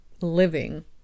living